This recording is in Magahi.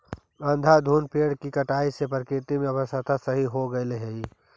अंधाधुंध पेड़ों की कटाई से प्रकृति में अव्यवस्था सी हो गईल हई